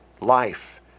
life